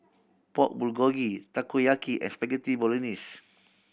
Pork Bulgogi Takoyaki and Spaghetti Bolognese